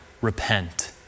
repent